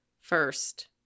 first